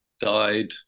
died